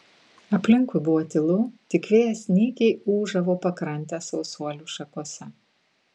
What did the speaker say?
aplinkui buvo tylu tik vėjas nykiai ūžavo pakrantės sausuolių šakose